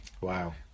Wow